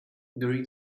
during